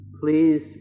Please